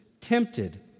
tempted